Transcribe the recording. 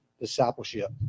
discipleship